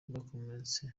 bakomeretse